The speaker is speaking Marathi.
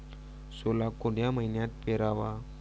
सोला कोन्या मइन्यात पेराव?